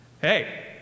hey